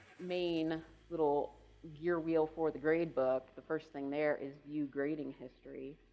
main little gear wheel for the grade book, the first thing there is view grading history.